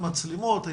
ותראה